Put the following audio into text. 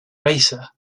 racer